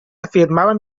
afirmaven